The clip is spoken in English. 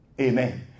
Amen